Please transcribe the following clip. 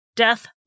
Death